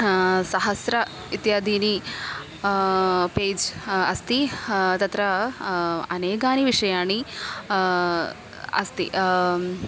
सहस्रम् इत्यादीनि पेज् अस्ति तत्र अनेकानि विषयाणि अस्ति